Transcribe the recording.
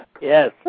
Yes